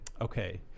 Okay